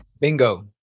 Bingo